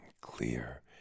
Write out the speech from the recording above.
clear